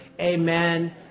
amen